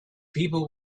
people